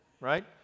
right